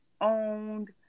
owned